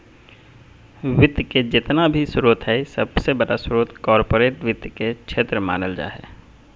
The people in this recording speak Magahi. वित्त के जेतना भी स्रोत हय सबसे बडा स्रोत कार्पोरेट वित्त के क्षेत्र मानल जा हय